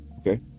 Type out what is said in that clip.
okay